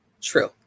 true